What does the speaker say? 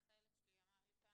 איך הילד שלי אמר לי פעם?